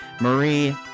Marie